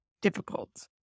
difficult